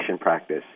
practice